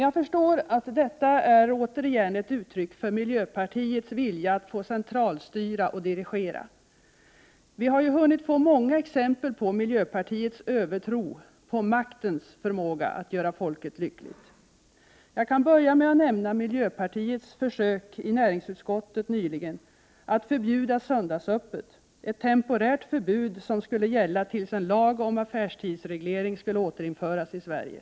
Jag förstår att detta återigen är ett uttryck för miljöpartiets vilja att centralstyra och dirigera allting. Vi har ju hunnit få många exempel på miljöpartiets övertro på maktens förmåga att göra folket lyckligt. Jag kan börja med att nämna miljöpartiets försök i näringsutskottet nyligen att förbjuda söndagsöppet — ett temporärt förbud som skulle gälla till dess en lag om affärstidsreglering skulle återinföras i Sverige.